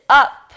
up